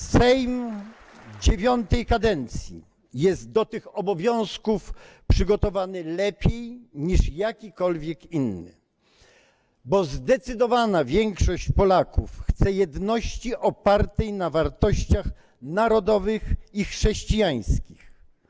Sejm IX kadencji jest do tych obowiązków przygotowany lepiej niż jakikolwiek inny, bo zdecydowana większość Polaków chce jedności opartej na wartościach narodowych i chrześcijańskich.